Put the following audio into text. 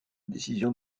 décision